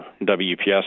WPS